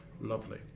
Lovely